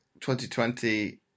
2020